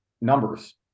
numbers